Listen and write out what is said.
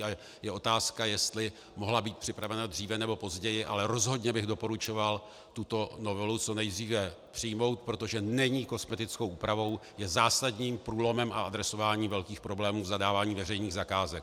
A je otázka, jestli mohla být připravena dříve, nebo později, ale rozhodně bych doporučoval tuto novelu co nejdříve přijmout, protože není kosmetickou úpravou, je zásadním průlomem v adresování velkých problémů v zadávání veřejných zakázek.